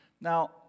Now